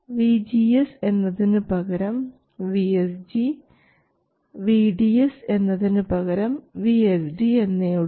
VGS എന്നതിനുപകരം VSG VDS എന്നതിനു പകരം VSD എന്നേയുള്ളൂ